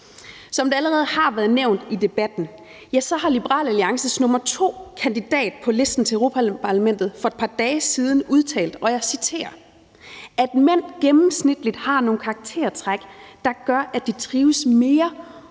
Som det allerede har været nævnt i debatten, har Liberal Alliances nr. 2 kandidat på listen til Europa-Parlamentet for et par dage siden udtalt, og jeg citerer: »... at mænd gennemsnitligt har nogle karaktertræk, der gør, at de trives mere under